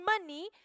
money